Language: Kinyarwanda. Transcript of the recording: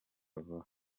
vuba